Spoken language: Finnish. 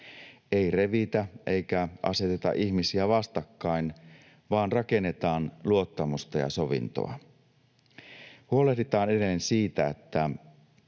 ei revitä, eikä aseteta ihmisiä vastakkain, vaan rakennetaan luottamusta ja sovintoa. Huolehditaan edelleen siitä, että